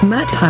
Matt